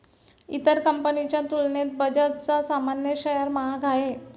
इतर कंपनीच्या तुलनेत बजाजचा सामान्य शेअर महाग आहे